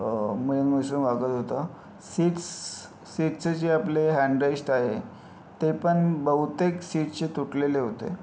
मिळून मिसळून वागत होता सीट्स सीटचं जे आपले हँडरेस्ट आहे ते पण बहुतेक सीट्सचे तुटलेले होते